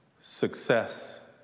success